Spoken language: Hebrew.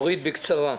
אורית, בקצרה.